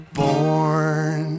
born